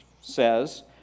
says